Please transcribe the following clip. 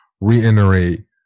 reiterate